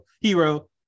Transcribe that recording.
Hero